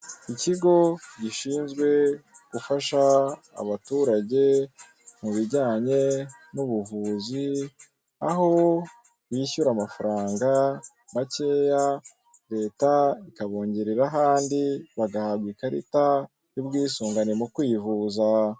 Ikigo gishinzwe gufasha abaturage mu bujyanye n'ubuvuzi aho bishyura amafaranga makeye leta ikabongereraho andi bagahabwa ikarita y'ubwisungane mu kwivuza.